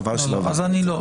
חבל שלא ראיתי.